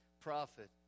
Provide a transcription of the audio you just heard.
prophet